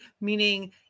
Meaning